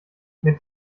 mit